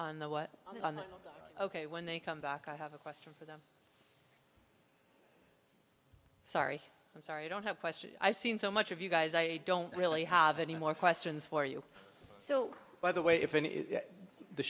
on the what ok when they come back i have a question sorry i'm sorry i don't have a question i seen so much of you guys i don't really have any more questions for you so by the way if the